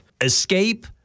escape